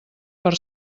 per